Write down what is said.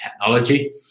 technology